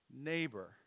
neighbor